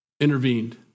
intervened